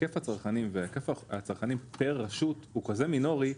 היקף הצרכנים והיקף הצרכנים כרשות הוא כזה מינורי,